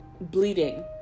bleeding